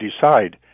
decide